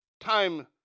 time